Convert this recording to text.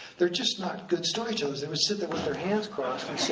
they're just not good storytellers. they would sit there with their hands crossed